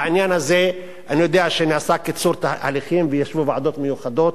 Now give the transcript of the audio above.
בעניין הזה אני יודע שנעשה קיצור תהליכים וישבו ועדות מיוחדות.